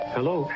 Hello